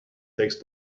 takes